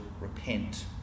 repent